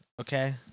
okay